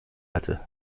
hatte